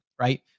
Right